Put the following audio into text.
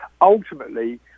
ultimately